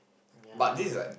yea